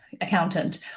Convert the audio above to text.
accountant